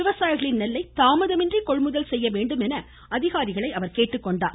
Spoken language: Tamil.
விவசாயிகளின் நெல்லை தாமதமின்றி கொள்முதல் செய்ய வேண்டும் என அதிகாரிகளை அவர் கேட்டுக்கொண்டார்